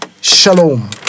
Shalom